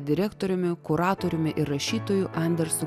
direktoriumi kuratoriumi ir rašytoju andersu